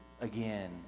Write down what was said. again